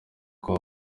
kwa